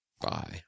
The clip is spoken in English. Bye